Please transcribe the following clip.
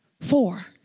four